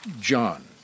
John